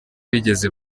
bigeze